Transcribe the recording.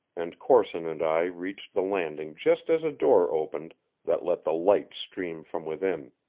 and corson and i reached the landing just as a door opened that let the light stream from within.